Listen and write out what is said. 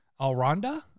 Alronda